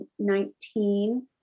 2019